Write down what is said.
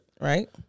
Right